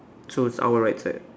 so it's our right side